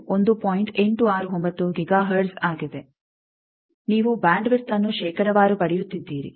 869 gigahertz ಆಗಿದೆ ನೀವು ಬ್ಯಾಂಡ್ ವಿಡ್ತ್ಅನ್ನು ಶೇಕಡಾವಾರು ಪಡೆಯುತ್ತಿದ್ದೀರಿ